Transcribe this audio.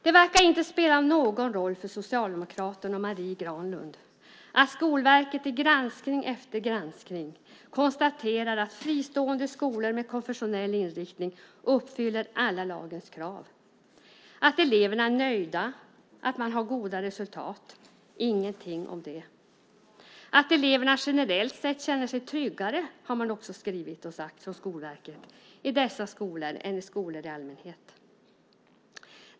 Det verkar inte spela någon roll för Socialdemokraterna och Marie Granlund att Skolverket i granskning efter granskning konstaterar att fristående skolor med konfessionell inriktning uppfyller alla lagens krav, det vill säga att eleverna är nöjda och får goda resultat, att eleverna generellt sett känner sig tryggare än i skolor i allmänhet.